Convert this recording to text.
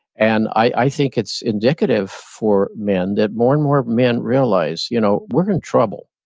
and i think it's indicative for men that more and more men realize, you know we're in trouble.